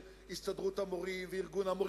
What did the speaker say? הסתדרות המורים וארגון המורים.